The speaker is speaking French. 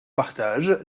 partage